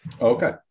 Okay